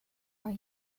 are